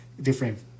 different